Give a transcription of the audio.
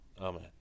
Amen